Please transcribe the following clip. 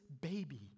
baby